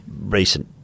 recent